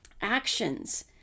actions